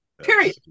Period